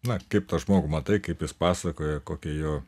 na kaip tą žmogų matai kaip jis pasakoja kokie jo